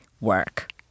work